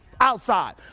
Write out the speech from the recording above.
Outside